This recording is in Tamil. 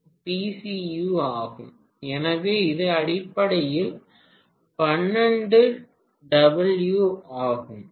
யு ஆகும் எனவே இது அடிப்படையில் 12 டபிள்யூ ஆகும்